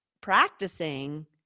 practicing